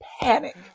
panic